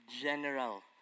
general